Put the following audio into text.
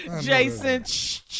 Jason